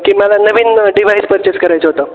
की मला नवीन डिव्हाईस पर्चेस करायचं होतं